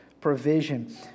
provision